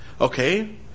Okay